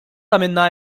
għamilna